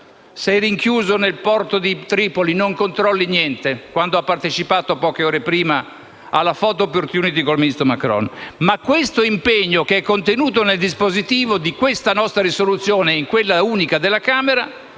che è rinchiuso nel porto di Tripoli e che non controlla niente (dopo aver partecipato, poche ore prima, alla *photo opportunity* con il presidente Macron). Ma questo impegno, contenuto nel dispositivo di questa nostra risoluzione e in quella unica della Camera,